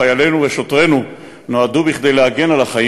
חיילינו ושוטרינו נועדו להגן על החיים,